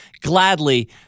gladly